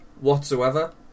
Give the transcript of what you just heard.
whatsoever